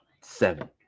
seven